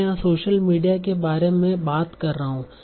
मैं यहां social media के बारे में बात कर रहा हूं